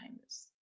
times